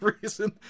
reason